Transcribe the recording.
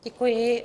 Děkuji.